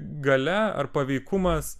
galia ar paveikumas